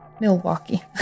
Milwaukee